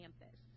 campus